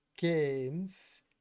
games